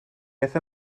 beth